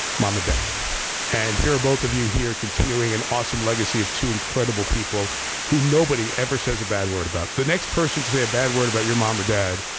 mom and dad and here both of you here continuing an awesome legacy of two incredible people who nobody ever says a bad word about. the next person to say a bad word about your mom or dad,